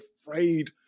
afraid